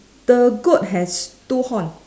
the goat has two horn